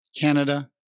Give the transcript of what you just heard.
Canada